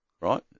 Right